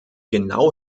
genau